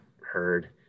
heard